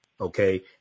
Okay